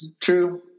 True